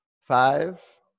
Five